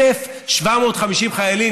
1,750 חיילים.